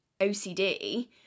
OCD